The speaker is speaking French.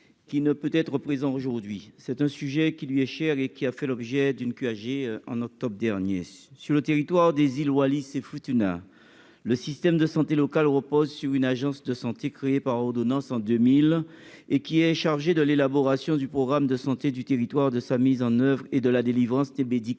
qui ne peut être présent aujourd'hui, c'est un sujet qui lui est cher et qui a fait l'objet d'une plus âgé, en octobre dernier sur le territoire des îles Wallis et Futuna, le système de santé local repose sur une agence de santé créer par ordonnance en 2000 et qui est chargé de l'élaboration du programme de santé du territoire, de sa mise en oeuvre et de la délivrance des médicaments,